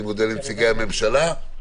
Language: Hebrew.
אני מודה לנציגי הממשלה.